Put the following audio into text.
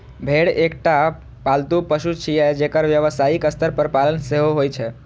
भेड़ एकटा पालतू पशु छियै, जेकर व्यावसायिक स्तर पर पालन सेहो होइ छै